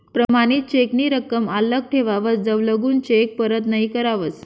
प्रमाणित चेक नी रकम आल्लक ठेवावस जवलगून चेक परत नहीं करावस